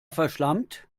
verschlampt